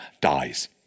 dies